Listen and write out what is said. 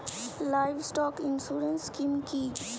Livestock insurance scheme কি?